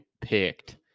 picked